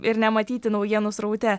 ir nematyti naujienų sraute